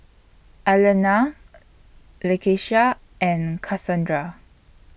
Alannah Lakeisha and Kasandra